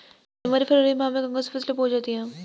जनवरी फरवरी माह में कौन कौन सी फसलें बोई जाती हैं?